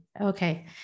okay